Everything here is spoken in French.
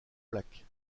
plaques